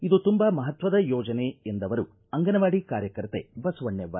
ಇದು ತುಂಬ ಮಪತ್ವದ ಯೋಜನೆ ಎಂದವರು ಅಂಗನವಾಡಿ ಕಾರ್ಯಕರ್ತೆ ಬಸವಣ್ಣೆವ್ವ